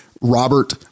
Robert